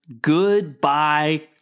Goodbye